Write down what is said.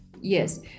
Yes